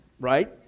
right